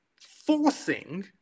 forcing